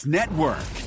Network